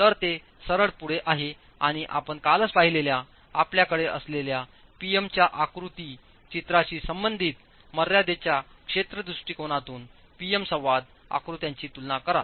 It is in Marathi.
तर ते सरळ पुढे आहे आणि आपण कालच पाहिलेल्या आपल्याकडे असलेल्या P M च्या आकृती चित्राशी संबंधित मर्यादेच्या क्षेत्र दृष्टिकोनापासून P M संवाद आकृत्याची तुलना कराल